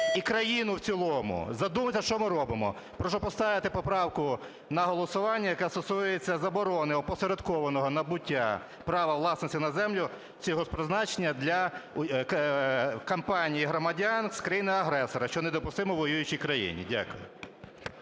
і країну в цілому. Задумайтесь, що ми робимо. Прошу поставити поправку на голосування, яка стосується заборони опосередкованого набуття права власності на землю сільгосппризначення для компаній і громадян з країни-агресора, що недопустимо в воюючій країні. Дякую.